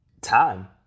time